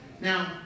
Now